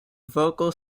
vocal